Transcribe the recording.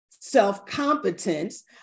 Self-competence